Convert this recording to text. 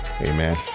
Amen